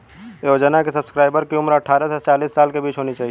योजना के सब्सक्राइबर की उम्र अट्ठारह से चालीस साल के बीच होनी चाहिए